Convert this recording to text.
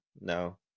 no